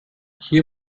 hier